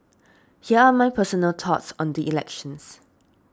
here are my personal thoughts on the elections